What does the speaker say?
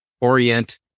orient